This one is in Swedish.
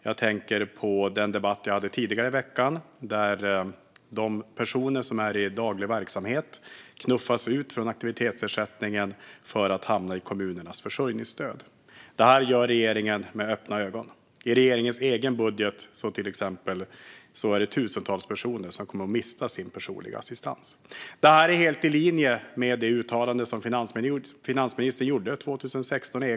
Jag tänker också på den debatt jag deltog i tidigare i veckan som handlade om personer i daglig verksamhet som knuffas ut från aktivitetsersättningen och i stället hamnar i kommunernas försörjningsstöd. Detta gör regeringen med öppna ögon. I och med regeringens budget kommer till exempel tusentals personer att mista sin personliga assistans. Det ligger helt i linje med det uttalande som finansministern gjorde i Ekot 2016.